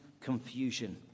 confusion